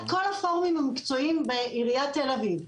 כל הפורומים המקצועיים בעיריית תל אביב,